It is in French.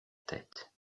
tête